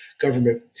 government